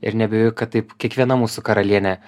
ir neabejoju kad taip kiekviena mūsų karalienė